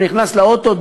ונכנס לאוטו,